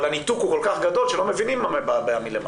אבל הניתוק הוא כל כך גדול שלא מבינים מה מבעבע מלמטה,